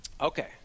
Okay